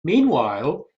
meanwhile